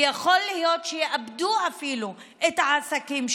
ויכול להיות שיאבדו אפילו את העסקים שלהם.